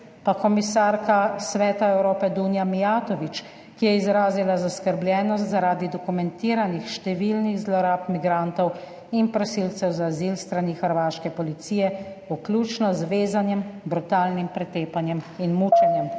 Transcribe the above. komisarka Sveta Evrope Dunja Mijatović, ki je izrazila zaskrbljenost zaradi dokumentiranih številnih zlorab migrantov in prosilcev za azil s strani hrvaške policije, vključno z vezanjem, brutalnim pretepanjem in mučenjem.